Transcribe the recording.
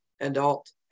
adult